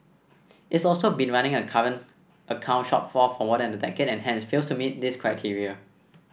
it's also been running a current account shortfall for more than a decade and hence fails to meet this criteria